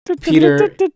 Peter